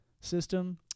system